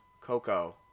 Coco